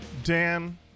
Dan